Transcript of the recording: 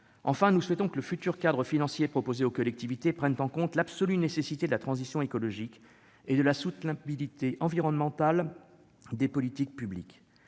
Enfin, nous souhaitons que le futur cadre financier proposé aux collectivités prenne en compte l'absolue nécessité de la transition écologique et de la soutenabilité environnementale des politiques publiques.